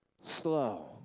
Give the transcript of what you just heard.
slow